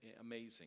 amazing